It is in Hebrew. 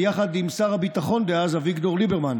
ביחד עם שר הביטחון דאז אביגדור ליברמן,